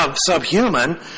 subhuman